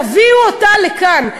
תביאו אותה לכאן.